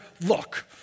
Look